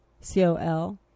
C-O-L